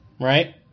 right